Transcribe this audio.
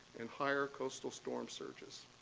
and higher coastal storm surges.